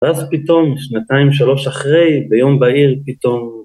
‫ואז פתאום, שנתיים שלוש אחרי, ‫ביום בהיר, פתאום...